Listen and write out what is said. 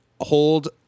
hold